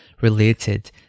related